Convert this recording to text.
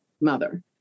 mother